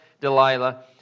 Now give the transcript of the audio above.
Delilah